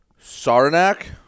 Saranac